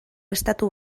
estatu